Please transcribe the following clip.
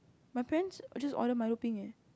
my parents just order Milo peng eh